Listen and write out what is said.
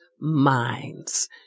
minds